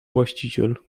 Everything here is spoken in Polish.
właściciel